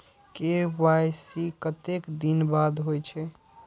KYC कतेक दिन बाद होई छै?